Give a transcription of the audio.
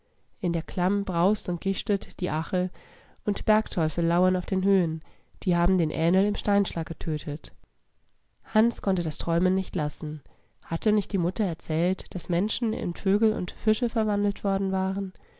in der klamm braust und gischtet die ache und bergteufel lauern auf den höhen die haben den ähnl im steinschlag getötet hans konnte das träumen nicht lassen hatte nicht die mutter erzählt daß menschen in vögel und fische verwandelt worden waren